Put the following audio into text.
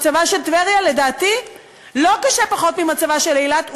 מצבה של טבריה לדעתי לא קשה פחות ממצבה של אילת,